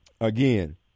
Again